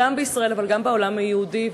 גם בישראל אבל גם בעולם היהודי,